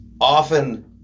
often